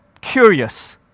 curious